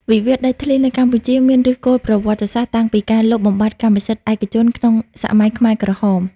វិវាទដីធ្លីនៅកម្ពុជាមានឫសគល់ប្រវត្តិសាស្ត្រតាំងពីការលុបបំបាត់កម្មសិទ្ធិឯកជនក្នុងសម័យខ្មែរក្រហម។